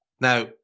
Now